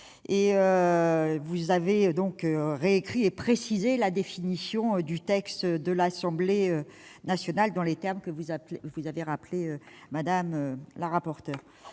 La commission a réécrit et précisé la définition imaginée par l'Assemblée nationale dans les termes que vous avez rappelés, madame la rapporteure,